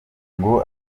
ngo